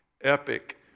epic